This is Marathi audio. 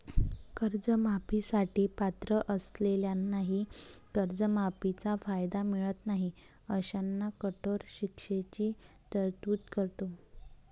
कर्जमाफी साठी पात्र असलेल्यांनाही कर्जमाफीचा कायदा मिळत नाही अशांना कठोर शिक्षेची तरतूद करतो